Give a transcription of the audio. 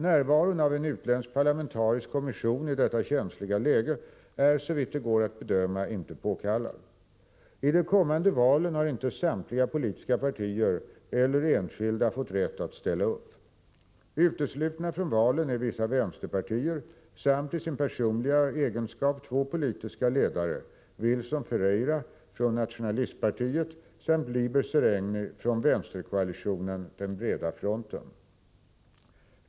Närvaron av en utländsk parlamentarisk kommission i detta känsliga läge är såvitt det går att bedöma inte påkallad. I de kommande valen har inte samtliga politiska partier eller enskilda fått rätt att ställa upp. Uteslutna från valen är vissa vänsterpartier samt i sin personliga egenskap två politiska ledare, Wilson Ferreira från Nationalpartiet samt Liber Seregni från vänsterkoalitionen ”den breda fronten”.